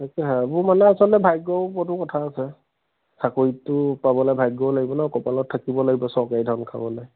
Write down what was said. তাকেহে এইবোৰ মানে আচলতে ভাগ্য ওপৰতো কথা আছে চাকৰিটো পাবলৈ ভাগ্য লাগিব ন কপালত থাকিব লাগিব চৰকাৰী ধান খাবলৈ